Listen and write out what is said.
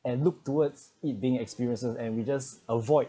and look towards it being experiences and we just avoid